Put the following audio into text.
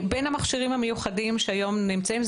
בין המכשירים המיוחדים שהיום נמצאים,